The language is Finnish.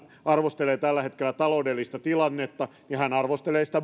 arvostelee tällä hetkellä taloudellista tilannetta niin hän arvostelee sitä